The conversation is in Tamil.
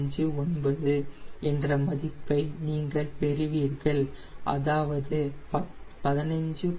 159 என்ற மதிப்பை நீங்கள் பெறுவீர்கள் அதாவது 15